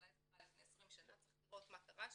אולי זה קרה לפני 20 שנה וצריך לראות מה קרה שם,